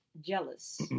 Jealous